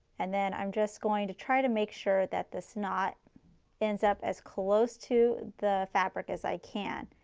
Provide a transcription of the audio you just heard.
and then, i'm just going to try to make sure that this knot ends up as close to the fabric as i can.